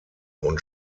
und